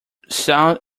sound